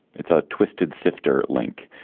it's a twisted sifter link.